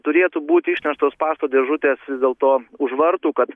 turėtų būti išneštos pašto dėžutės vis dėlto už vartų kad